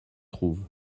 trouve